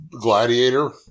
Gladiator